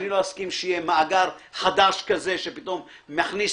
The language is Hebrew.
אני לא אסכים שיהיה מאגר חדש כזה שפתאום מכניס